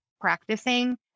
practicing